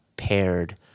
paired